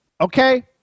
Okay